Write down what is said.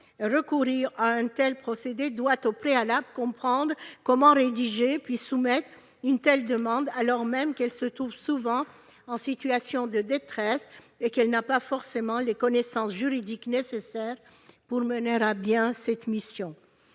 recourir à un tel procédé doit au préalable comprendre comment rédiger, puis soumettre une telle demande, alors même qu'elle se trouve souvent en situation de détresse et n'a pas forcément les connaissances juridiques nécessaires pour mener à bien cette mission.